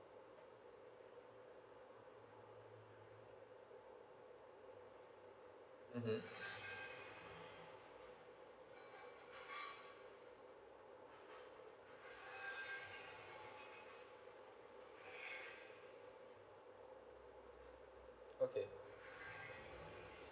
mm okay